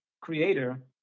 creator